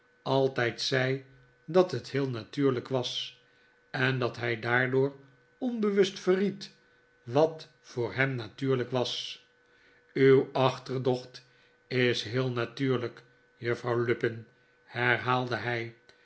altijd zei dat het heel natuurlijk was en dat hij daardoor onbewust verried wat voor hem natuurlijk was uw achterdocht is heel natuurlijk juffrouw lupin herhaalde hij